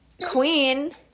Queen